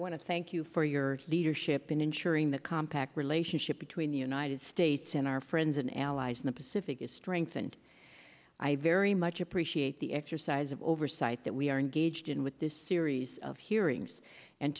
want to thank you for your leadership in ensuring the compact relationship between the united states and our friends and allies in the pacific is strengthened i very much appreciate the exercise of oversight that we are engaged in with this series of hearings and